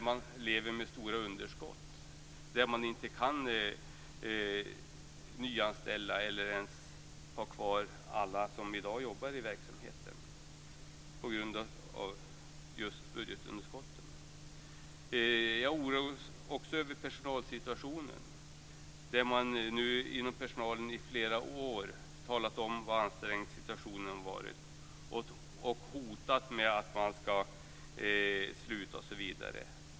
Man lever med stor underskott och kan inte nyanställa eller ens ha kvar alla som i dag jobbar i verksamheten på grund av just budgetunderskotten. Jag oroar mig också över personalsituationen. Personalen har under flera år talat om hur ansträngd situationen har varit och hotat med att sluta.